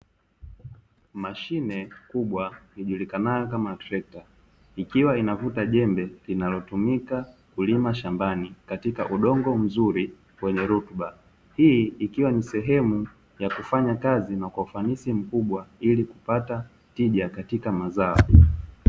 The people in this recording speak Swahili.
Mashine kubwa ijulikanayo kama trekta ikiwa linavuta jembe linalotumika kulima shambani katika udongo mzuri wenye rutuba, hii ikiwa ni sehemu ya kufanya kazi na kwa ufanisi mkubwa ili kupata tija katika mazao.